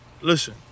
Listen